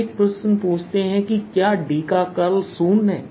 हम एक प्रश्न पूछते हैं कि क्या D का कर्ल शून्य है